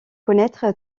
connaître